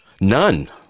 None